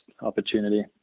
opportunity